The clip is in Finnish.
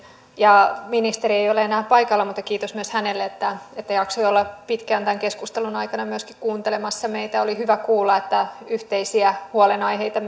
ministeri ei ole enää paikalla mutta kiitos myös hänelle että että jaksoi olla pitkään tämän keskustelun aikana myöskin kuuntelemassa meitä oli hyvä kuulla että yhteisiä huolenaiheita